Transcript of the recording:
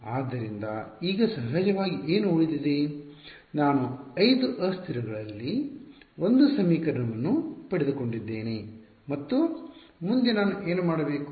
ಆದ್ದರಿಂದ ಈಗ ಸಹಜವಾಗಿ ಏನು ಉಳಿದಿದೆ ನಾನು 5 ಅಸ್ಥಿರಗಳಲ್ಲಿ ಒಂದು ಸಮೀಕರಣವನ್ನು ಪಡೆದುಕೊಂಡಿದ್ದೇನೆ ಮತ್ತು ಮುಂದೆ ನಾನು ಏನು ಮಾಡಬೇಕು